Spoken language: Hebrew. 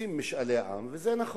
עושים משאלי עם, וזה נכון,